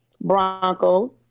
Broncos